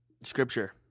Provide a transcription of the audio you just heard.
Scripture